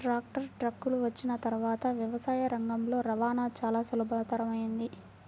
tractor, ట్రక్కులు వచ్చిన తర్వాత వ్యవసాయ రంగంలో రవాణా చాల సులభతరమైంది